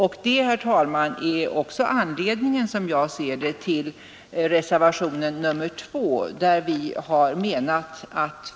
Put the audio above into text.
Det är också, som jag ser det, anledningen till reservationen 2.